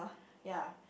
ya